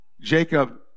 Jacob